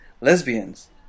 lesbians